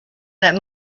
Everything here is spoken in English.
that